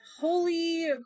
holy